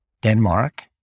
Denmark